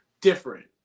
Different